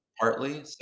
partly